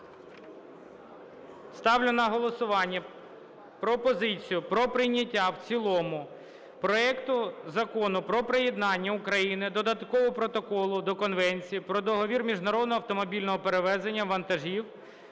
Ставлю на голосування пропозицію про прийняття в цілому проекту Закону про приєднання України до Додаткового протоколу до Конвенції про договір міжнародного автомобільного перевезення вантажів